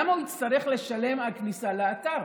למה הוא יצטרך לשלם על כניסה לאתר?